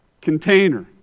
container